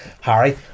Harry